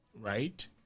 Right